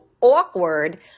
awkward